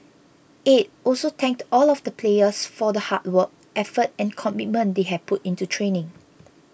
aide also thanked all of the players for the hard work effort and commitment they had put into training